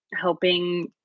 helping